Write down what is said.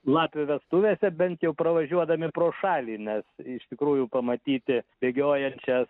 lapių vestuvėse bent jau pravažiuodami pro šalį nes iš tikrųjų pamatyti bėgiojančias